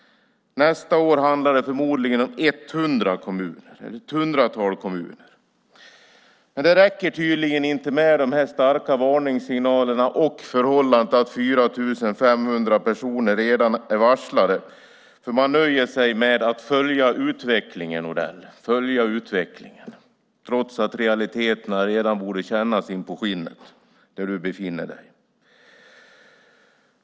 Nästa år handlar det förmodligen om ett hundratal kommuner. Men dessa starka varningssignaler och det förhållande att 4 500 personer redan är varslade räcker tydligen inte, för man nöjer sig med att "följa utvecklingen". Mats Odell och regeringen följer utvecklingen, trots att realiteterna redan borde kännas in på skinnet där han befinner sig.